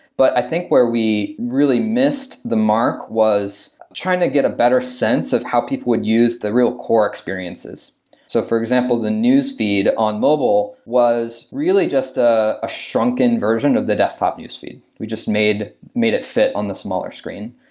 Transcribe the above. but i think where we really missed the mark was trying to get a better sense of how people would use the real core experiences. sedfb four so, for example, the newsfeed on mobile was really just ah a shrunken version of the desktop newsfeed. we just made made it fit on the smaller screen.